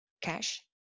cash